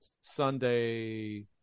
Sunday